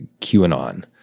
QAnon